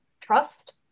trust